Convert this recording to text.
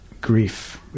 grief